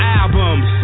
albums